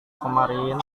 kemarin